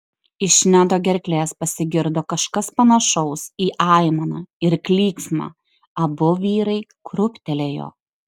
iš nedo gerklės pasigirdo kažkas panašaus į aimaną ir klyksmą abu vyrai krūptelėjo